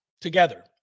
together